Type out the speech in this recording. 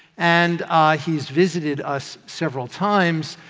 and he's visited us several times.